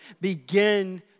begin